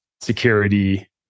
security